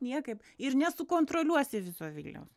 niekaip ir nesukontroliuosi viso vilniaus